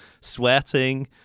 sweating